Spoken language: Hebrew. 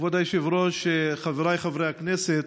כבוד היושב-ראש, חבריי חברי הכנסת,